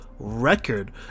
record